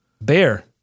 Bear